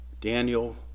Daniel